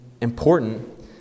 important